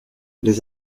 les